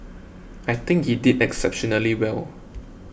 I think he did exceptionally well